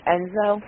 Enzo